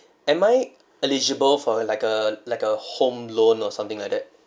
am I eligible for like a like a home loan or something like that